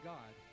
God